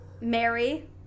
Mary